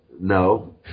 No